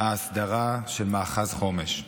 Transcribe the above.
ההסדרה של מאחז חומש.